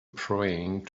praying